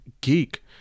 geek